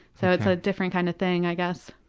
so it's a different kind of thing i guess.